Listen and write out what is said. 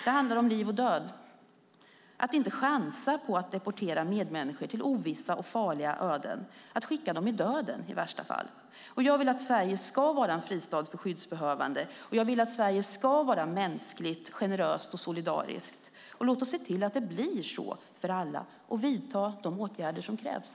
Det handlar om liv och död, att inte chansa på att deportera medmänniskor till ovissa och farliga öden, att i värsta fall skicka dem i döden. Jag vill att Sverige ska vara en fristad för skyddsbehövande, och jag vill att Sverige ska vara mänskligt, generöst och solidariskt. Låt oss se till att det blir så för alla och vidta de åtgärder som krävs.